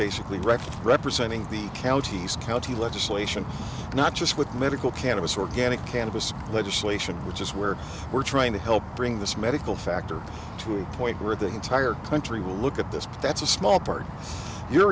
basically wrecked representing the county east county legislation not just with medical cannabis organic cannabis legislation which is where we're trying to help bring this medical factor to a point where the entire country will look at this but that's a small part of your